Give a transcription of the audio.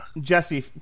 Jesse